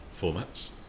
formats